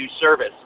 service